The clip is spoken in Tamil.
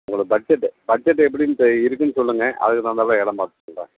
உங்களுக்கு பட்ஜட்டு பட்ஜட்டு எப்படின்ட்டு இருக்குதுன்னு சொல்லுங்கள் அதுக்கு தகுந்தாப்ல இடம் மாற்றிக்கிலாம்